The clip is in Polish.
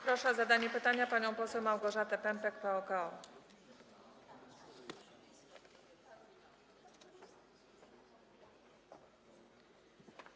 Proszę o zadanie pytania panią poseł Małgorzatę Pępek, PO-KO.